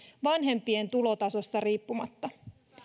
vanhempien tulotasosta riippumatta